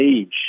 age